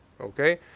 okay